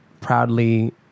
Proudly